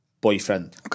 boyfriend